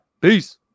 Peace